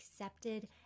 accepted